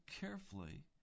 carefully